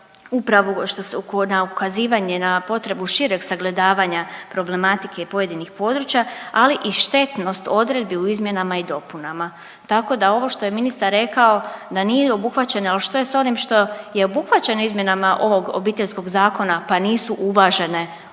upravo na ukazivanje na potrebu šireg sagledavanja problematike pojedinih područja, ali i štetnost odredbi u izmjenama i dopunama. Tako da ovo što je ministar rekao da nije obuhvaćano, al što je s onim što je obuhvaćeno izmjenama ovog Obiteljskog zakona pa nisu uvažene od